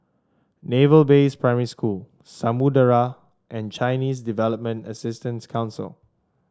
Naval Base Primary School Samudera and Chinese Development Assistant Council